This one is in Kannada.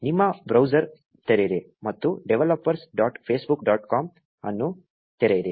ನಿಮ್ಮ ಬ್ರೌಸರ್ ತೆರೆಯಿರಿ ಮತ್ತು developers dot facebook dot com ಅನ್ನು ತೆರೆಯಿರಿ